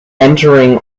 entering